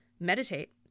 Meditate